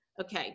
Okay